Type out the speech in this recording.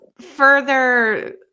further